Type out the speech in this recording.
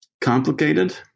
complicated